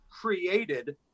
created